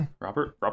Robert